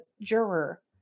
juror